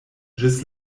ĝis